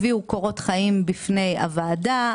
הביאו קורות חיים בפני הוועדה.